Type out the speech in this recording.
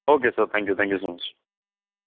okay sir thank you thank you so much